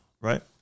right